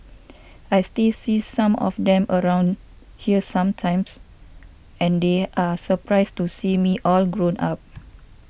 I still see some of them around here sometimes and they are surprised to see me all grown up